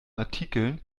artikeln